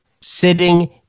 sitting